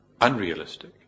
Unrealistic